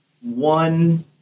one